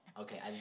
Okay